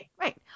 Right